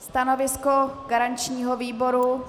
Stanovisko garančního výboru?